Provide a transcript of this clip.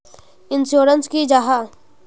Insurance की जाहा?